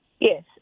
Yes